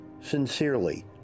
Sincerely